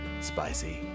spicy